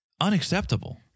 unacceptable